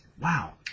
Wow